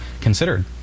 considered